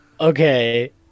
Okay